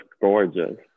gorgeous